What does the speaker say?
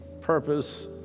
purpose